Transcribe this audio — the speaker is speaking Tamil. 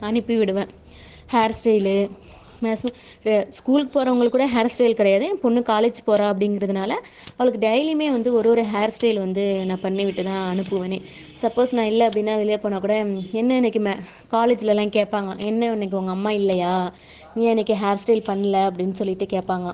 அனுப்பி விடுவேன் ஹேர் ஸ்டைலு சும்மா ஏ ஸ்கூலுக்கு போகிறவங்களுக்கு கூட ஹேர் ஸ்டைல் கிடையாது என் பொண்ணு காலேஜ் போகிறா அப்படிங்கிறதுனால அவளுக்கு டெய்லியுமே வந்து ஒரு ஒரு ஹேர் ஸ்டைல் வந்து நான் பண்ணிவிட்டு தான் அனுப்புவனே சப்போஸ் நான் இல்லை அப்படின்னா வெளியே போனால்கூட என்ன இன்னிக்கு மே காலேஜ்லெலாம் கேட்பாங்களாம் என்ன இன்னிக்கு உங்கள் அம்மா இல்லையா நீ ஏன் இன்னிக்கு ஹேர் ஸ்டைல் பண்ணல அப்படின்னு சொல்லிட்டு கேட்பாங்களாம்